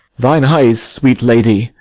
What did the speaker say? thine eyes, sweet lady,